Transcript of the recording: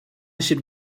should